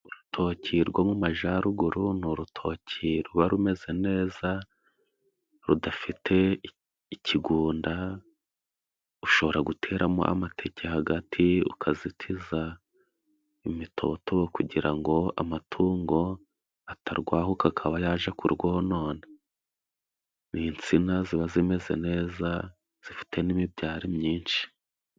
Urutoki rwo mu majyaruguru ni urutoki ruba rumeze neza, rudafite ikigunda ushobora guteramo amateke hagati ukazitiza imitotobo, kugira ngo amatungo atarwahuka akaba yajya ku rwonona, ni insina ziba zimeze neza zifite n'imibyare myinshi.